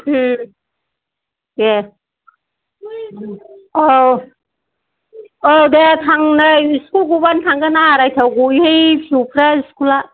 दे औ औ दे आं नै इस्कुल गबानो थांगोन आराइथायाव गयोहाय फिसौफ्रा इस्कुला